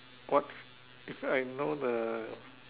what if I know the